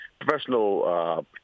professional